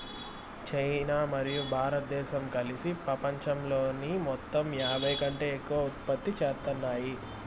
China మరియు భారతదేశం కలిసి పపంచంలోని మొత్తంలో యాభైకంటే ఎక్కువ ఉత్పత్తి చేత్తాన్నాయి